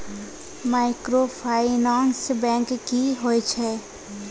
Microfinance bank की होय छै?